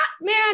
man